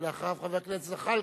ולאחריו, חבר הכנסת זחאלקה.